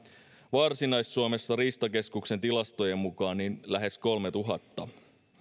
varsinais suomessa riistakeskuksen tilastojen mukaan lähes kolmetuhatta